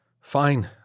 Fine